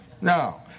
No